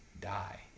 die